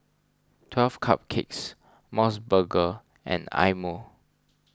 twelve Cupcakes M O S burger and Eye Mo